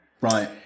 Right